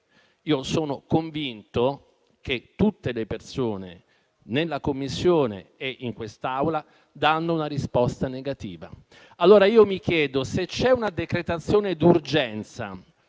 Io sono convinto che tutte le persone nella Commissione e in quest'Aula danno una risposta negativa a tale domanda. Se c'è una decretazione d'urgenza